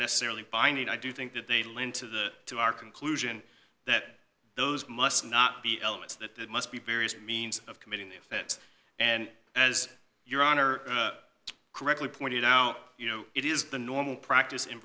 necessarily binding i do think that they lend to the to our conclusion that those must not be elements that must be various means of committing an offense and as your honor correctly pointed out you know it is the normal practice in